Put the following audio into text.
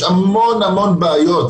יש המון המון בעיות,